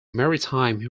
maritime